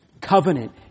covenant